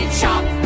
chop